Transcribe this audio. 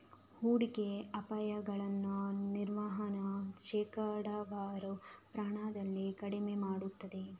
ಹೂಡಿಕೆ ಅಪಾಯಗಳನ್ನು ಗಮನಾರ್ಹ ಶೇಕಡಾವಾರು ಪ್ರಮಾಣದಲ್ಲಿ ಕಡಿಮೆ ಮಾಡುತ್ತದೆ